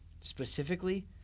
Specifically